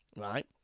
right